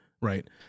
right